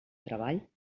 treball